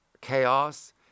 chaos